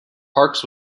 parks